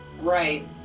Right